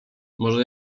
może